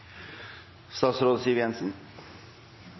hører Siv Jensen,